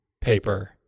paper